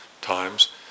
times